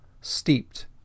steeped